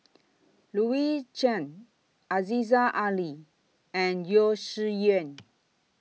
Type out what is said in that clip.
Louis Chen Aziza Ali and Yeo Shih Yun